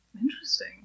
Interesting